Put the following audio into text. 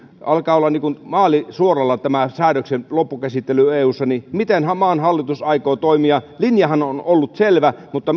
alkaa olla niin kuin maalisuoralla tämä säädöksen loppukäsittely eussa joten mitenhän maan hallitus aikoo toimia linjahan on ollut selvä mutta